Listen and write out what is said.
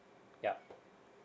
yup